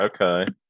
Okay